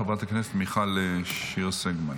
חברת הכנסת מיכל שיר סגמן.